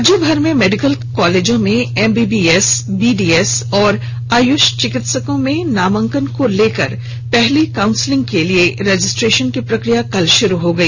राज्यभर में मेडिकल कॉलेजों में एमबीबीएस बीडीएस और आयुष चिकित्सक में नामांकन को लेकर पहली काउसिंलिंग के लिए रजिस्ट्रेशन की प्रक्रिया कल शुरू हो गई